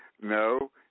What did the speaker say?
No